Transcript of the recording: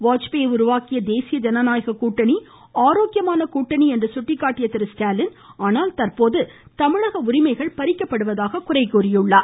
வாஜ்பாயி உருவாக்கிய தேசிய ஜனநாயக கூட்டணி ஆரோக்கியமான கூட்டணி என்று சுட்டிக்காட்டிய திரு ஸ்டாலின் ஆனால் தற்போது தமிழக உரிமைகள் பறிக்கப்படுவதாக குறைகூறினார்